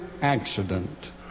accident